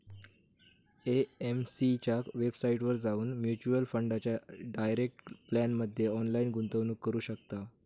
AMC च्या वेबसाईटवर जाऊन म्युच्युअल फंडाच्या डायरेक्ट प्लॅनमध्ये ऑनलाईन गुंतवणूक करू शकताव